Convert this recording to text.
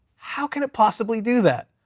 how can it possibly do that?